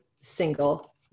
single